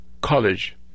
college